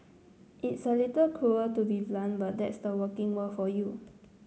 it's a little cruel to be blunt but that's the working world for you